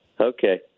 Okay